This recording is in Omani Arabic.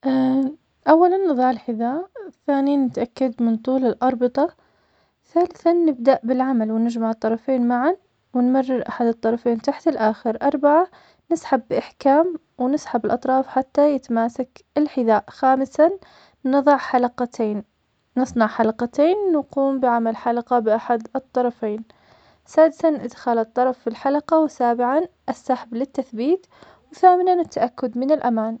أولاً, نضع الحذاء, ثانياً, نتأكد من طول الأربطة, ثالثاً, نبدأ بالعمل’ ونجمع الطرفين معاً, ونمرر أحد الطرفين تحت الآخر, أربعة, نسحب بإحكام, ونسحب الأطراف حتى يتماسك الحذاء, خامساً, نضع حلقتين, نصنع حلقتين, نقوم بعمل حلقة بأحد الطرفين, سادساً, إدخال الطرف في الحلقة, وسابعاً, السحب للتثبيت, وثامناً التأكد من الأمان.